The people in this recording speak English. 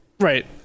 right